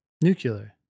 Nuclear